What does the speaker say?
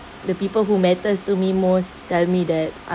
the people who matters to me most tell me that